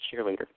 cheerleader